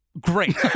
Great